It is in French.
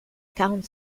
quarante